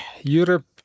Europe